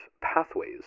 pathways